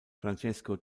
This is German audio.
francesco